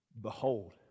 Behold